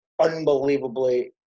unbelievably